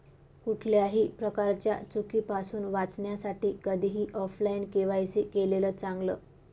कुठल्याही प्रकारच्या चुकीपासुन वाचण्यासाठी कधीही ऑफलाइन के.वाय.सी केलेलं चांगल